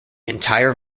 entire